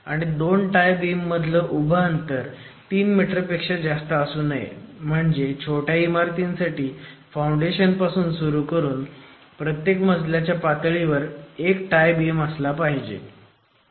आणि दोन tie beam मधलं उभं अंतर 3 मीटर पेक्षा जास्त असू नये म्हणजे छोट्या इमारतींसाठी फाउंडेशन पासून सुरू करून प्रत्येक मजल्याच्या पातळीवर एक टाय बीम असला पाहिजे